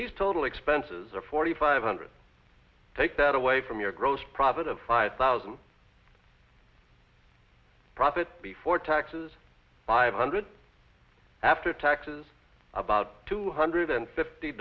these total expenses are forty five hundred take that away from your gross profit of five thousand profit before taxes five hundred after taxes about two hundred fifty